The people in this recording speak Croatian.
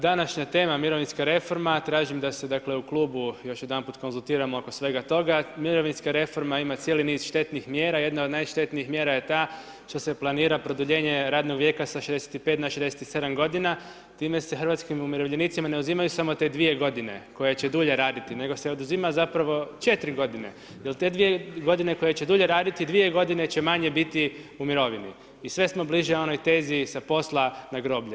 Današnja tema mirovinska reforma, tražim da se u klubu još jedanput konzultiramo oko svega toga, mirovinska reforma ima cijeli niz štetnih mjera, jedna on najštetnijih mjera je ta što se planira produljenje radnog vijeka sa 65 na 67 g., time se hrvatskim umirovljenicima ne uzimaju samo te 2 g. koje će dulje raditi nego se oduzima zapravo 4 g. jer te 2 g. koje će duljiti, 2 g. će manje biti u mirovini i sve smo bliže onoj tezi „sa posla na groblje“